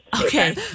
Okay